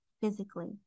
physically